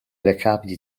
recapiti